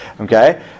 Okay